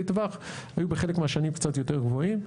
טווח היו בחלק מהשנים קצת יותר גבוהים,